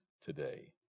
today